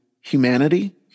humanity